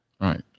Right